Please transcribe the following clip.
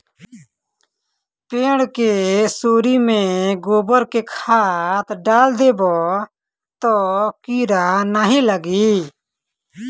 पेड़ के सोरी में गोबर के खाद डाल देबअ तअ कीरा नाइ लागी